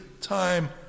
time